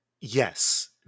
yes